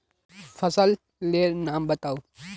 फसल लेर नाम बाताउ?